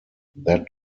that